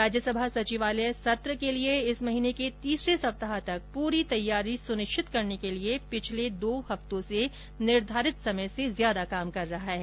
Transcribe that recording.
राज्यसभा सचिवालय सत्र के लिए इस महीने के तीसरे सप्ताह तक पूरी तैयारी सुनिश्चित करने के लिए पिछले दो हफ्तों से निर्धारित समय से अधिक काम कर रहा है